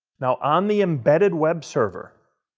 now, on the embedded web server,